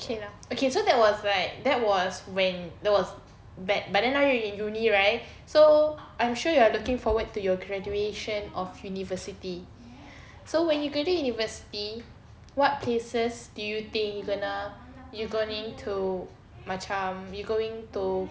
okay lah okay so that was like that was when that was back but then now you already in uni~ right so I'm sure you're looking forward to your graduation of university so when you graduate university what places do you think you gonna you going to macam you going to